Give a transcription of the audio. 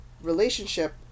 relationship